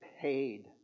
Paid